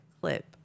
clip